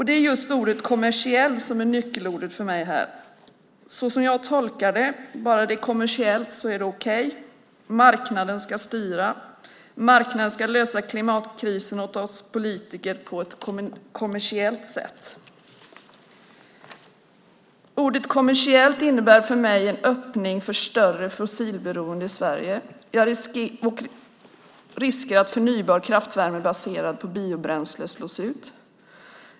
Det är just ordet kommersiell som är nyckelordet för mig. Som jag tolkar det är det okej bara det är kommersiellt. Marknaden ska styra. Marknaden ska lösa klimatkrisen åt oss politiker på ett kommersiellt sätt. Ordet kommersiell innebär för mig en öppning för större fossilberoende i Sverige och riskerar att förnybar kraftvärme baserad på biobränsle slås ut.